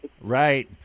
Right